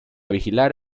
vigilar